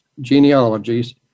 genealogies